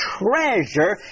treasure